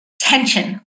tension